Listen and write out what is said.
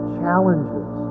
challenges